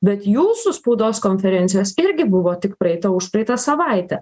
bet jūsų spaudos konferencijos irgi buvo tik praeitą užpraeitą savaitę